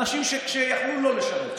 אנשים שיכלו לא לשרת,